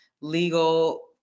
legal